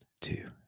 two